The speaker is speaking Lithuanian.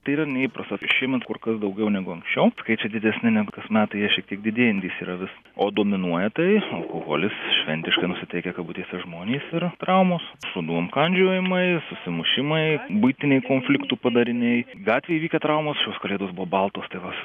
tai yra neįprasta šiemet kur kas daugiau negu anksčiau skaičiai didesni negu kas metai jie šiek tiek didėjantys yra vis o dominuoja tai alkoholis šventiškai nusiteikę kabutėse žmonės ir traumos šunų apkandžiojimai susimušimai buitiniai konfliktų padariniai gatvėj įvykę traumos šios kalėdos buvo baltos tai va